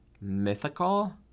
mythical